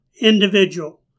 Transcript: individual